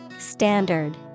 Standard